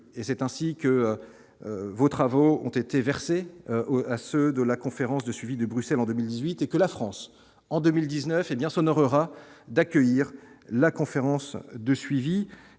et c'est ainsi que vos travaux ont été versés au à ceux de la conférence de suivi de Bruxelles en 2018 et que la France en 2000 19 et bien honorera d'accueillir la conférence de suivi,